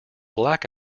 black